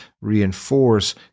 reinforce